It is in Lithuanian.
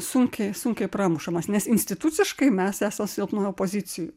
sunkiai sunkiai pramušamas nes instituciškai mes esam silpnoj opozicijoj